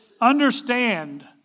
Understand